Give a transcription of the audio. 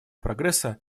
прогресса